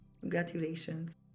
Congratulations